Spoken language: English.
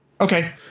Okay